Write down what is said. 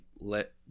let